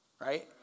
Right